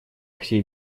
всей